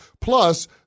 Plus